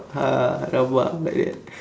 ha rabak brother